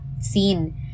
scene